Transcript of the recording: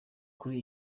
kuri